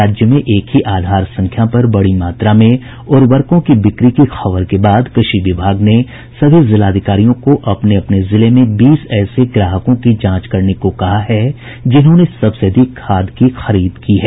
राज्य में एक ही आधार संख्या पर बड़ी मात्रा में उर्वरकों की बिक्री की खबर के बाद कृषि विभाग ने सभी जिलाधिकारियों को अपने अपने जिले में बीस ऐसे ग्राहकों की जांच करने को कहा है जिन्होंने सबसे अधिक खाद की खरीद की है